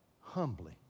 humbly